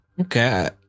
Okay